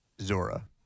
Zora